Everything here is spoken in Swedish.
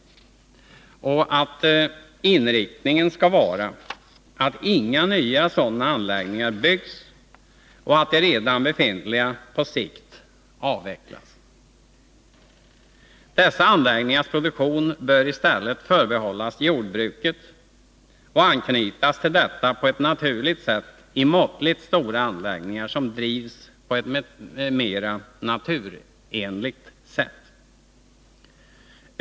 Vi begär att inriktningen skall vara att inga nya sådana anläggningar byggs och att de redan befintliga på sikt avvecklas. Dessa anläggningars produktion bör i stället förbehållas jordbruket och anknytas till detta på ett naturenligt sätt i måttligt stora anläggningar, som drivs på ett mera naturenligt sätt.